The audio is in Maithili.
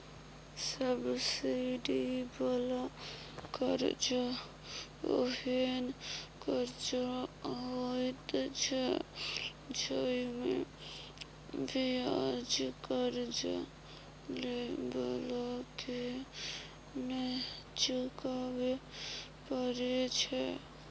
सब्सिडी बला कर्जा ओहेन कर्जा होइत छै जइमे बियाज कर्जा लेइ बला के नै चुकाबे परे छै